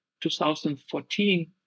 2014